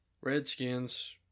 Redskins